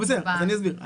אני אסביר.